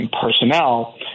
personnel